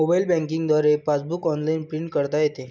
mobile banking द्वारे passbook online print करता येते